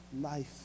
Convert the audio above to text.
life